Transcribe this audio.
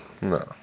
no